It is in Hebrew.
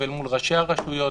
אל מול ראשי הרשויות,